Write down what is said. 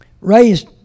raised